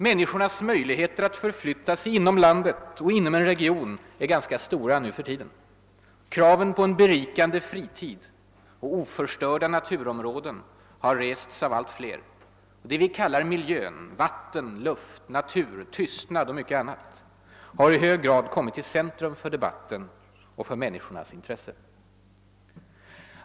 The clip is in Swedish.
Människornas möjligheter att förflytta sig inom landet och inom en region är ganska stora nu för tiden. Kraven på en berikande fritid och på oförstörda naturområden har rests av allt fler. Det vi kallar »miljön» — vatten, luft, natur, tystnad och mycket annat — har i hög grad kommit i centrum för debatten och för människornas intresse.